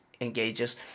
engages